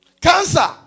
Cancer